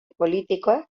politikoak